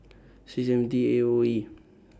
six M T A O E